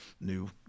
new